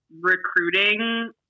recruiting